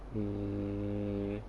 mm